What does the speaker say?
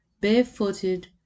barefooted